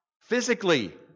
physically